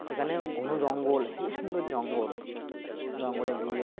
সেখানে ঘন জঙ্গল হেবি সুন্দর জঙ্গল জঙ্গলে গিয়ে